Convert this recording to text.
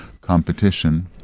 competition